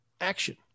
action